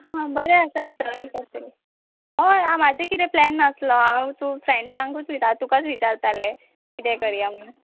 हां बरें आसां चड तशें हय हांव म्हाजें किदें प्लॅन नासलो हांव तूं फ्रेंड्सांकूच वयता तुका विचारतालें किदें करया म्हूण